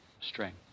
string